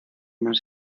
más